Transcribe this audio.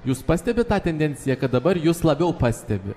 jūs pastebit tą tendenciją kad dabar jus labiau pastebi